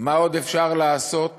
מה עוד אפשר לעשות